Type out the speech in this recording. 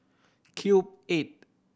Cube Eight